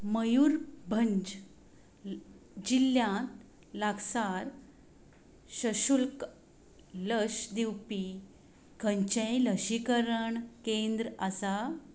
मयूरभंज जिल्ल्यांत लागसार शशुल्क लस दिवपी खंयचेय लसीकरण केंद्र आसा